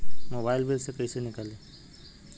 Bill mobile से कईसे निकाली?